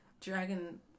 Dragon